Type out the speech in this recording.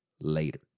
later